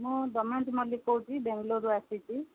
ମୁଁ ଦମୟନ୍ତୀ ମଲ୍ଲିକ କହୁଛି ବେଙ୍ଗଲୋରରୁ ଆସିଛି